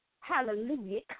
Hallelujah